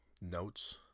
notes